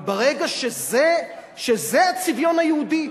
אבל ברגע שזה הצביון היהודי,